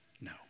no